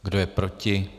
Kdo je proti?